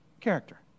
Character